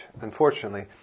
unfortunately